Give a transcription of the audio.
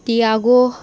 Tiago